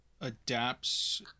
adapts